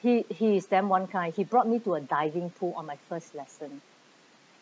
he he is damn one kind he brought me to a diving pool on my first lesson